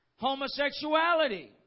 Homosexuality